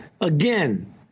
Again